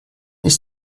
ist